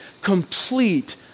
complete